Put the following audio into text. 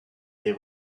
les